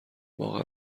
واقعا